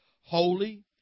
holy